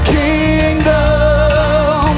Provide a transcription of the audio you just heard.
kingdom